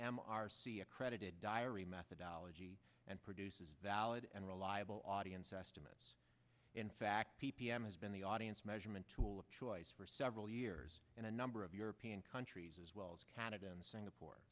m r c accredited diary methodology and produces valid and reliable audience estimates in fact p p m has been the audience measurement tool of choice for several years in a number of european countries as well as canada and singapore